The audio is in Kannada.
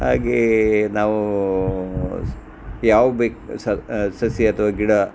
ಹಾಗೆಯೇ ನಾವು ಯಾವ ಬೇಕು ಸಸಿ ಅಥವಾ ಗಿಡ